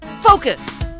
Focus